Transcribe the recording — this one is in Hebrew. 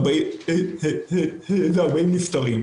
ו-40 נפטרים.